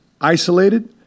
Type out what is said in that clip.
isolated